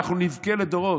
אנחנו נבכה לדורות.